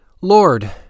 Lord